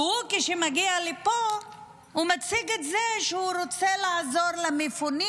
וכשהוא מגיע לפה הוא מציג את זה כך שהוא רוצה לעזור למפונים.